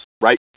right